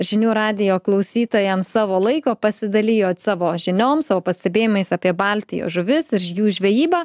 žinių radijo klausytojams savo laiko pasidalijot savo žiniom savo pastebėjimais apie baltijos žuvis ir jų žvejybą